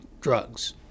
drugs